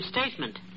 statement